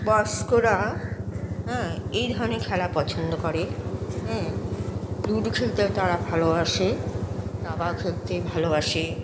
বয়স্করা হ্যাঁ এই ধরনের খেলা পছন্দ করে হ্যাঁ লুডো খেলতে তারা ভালোবাসে দাবা খেলতে ভালোবাসে